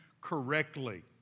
correctly